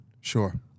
Sure